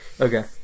okay